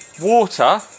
Water